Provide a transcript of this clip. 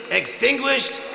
extinguished